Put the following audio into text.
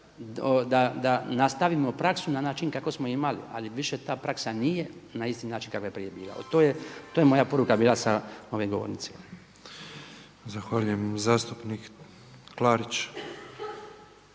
da nastavimo praksu na način kako smo imali, ali više ta praksa nije na isti način kakva je prije bila. To je moja poruka bila sa ove govornice. **Petrov,